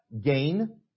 Gain